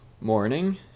morning